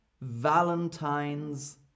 Valentine's